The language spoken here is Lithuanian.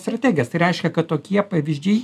strategijas tai reiškia kad tokie pavyzdžiai